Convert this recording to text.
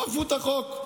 לא אכפו את החוק.